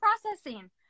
processing